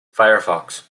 firefox